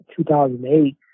2008